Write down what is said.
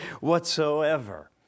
whatsoever